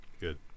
Good